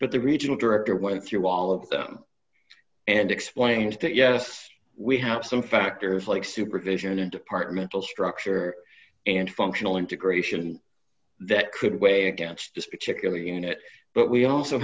but the regional director went through all of them and explained that yes we have some factors like supervision and department will structure and functional integration that could weigh against this particular unit but we also